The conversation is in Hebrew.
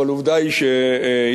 אבל עובדה היא שהצלחנו,